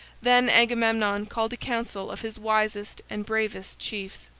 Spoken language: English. then agamemnon called council of his wisest and bravest chiefs.